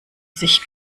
sich